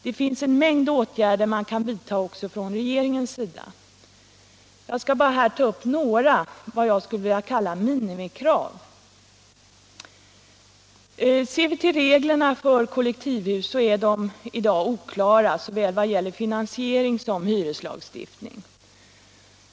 Det finns en mängd åtgärder man kan vidta också från regeringens sida. Jag skall här ta upp bara några — det är vad jag skulle vilja kalla minimikrav. Reglerna för kollektivhus är i dag oklara i vad gäller såväl finansiering som hyreslagstiftning.